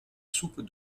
soupe